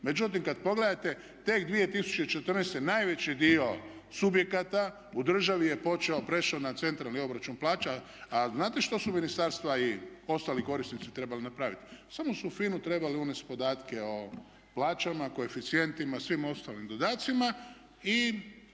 Međutim, kada pogledate tek 2014. najveći dio subjekata u državi je počeo, prešao na COP. A znate što su ministarstva i ostali korisnici trebali napraviti? Samo su u FINA-u trebali unesti podatke o plaćama, koeficijentima, svim ostalim dodacima i